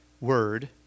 word